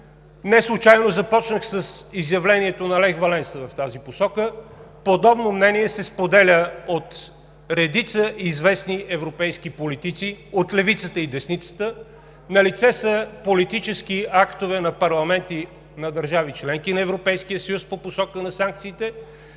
Неслучайно започнах с изявлението на Лех Валенса в тази посока, подобно мнение се споделя от редица известни европейски политици – от левицата и десницата. Налице са политически актове на парламенти на държави – членки на Европейския съюз, по посока на санкциите.